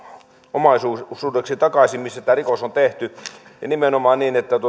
omaisuudeksi takaisin missä tämä rikos on tehty nimenomaan niin että